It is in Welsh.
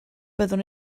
byddwn